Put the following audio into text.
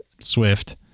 Swift